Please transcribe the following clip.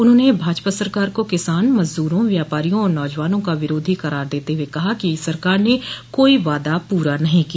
उन्होंने भाजपा सरकार को किसान मजदूरों व्यापारियों और नौजवानों का विरोधी करार देते हुए कहा कि सरकार ने कोई वादा पूरा नहीं किया